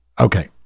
Okay